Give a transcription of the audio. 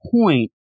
point